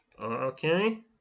Okay